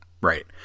right